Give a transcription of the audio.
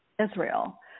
Israel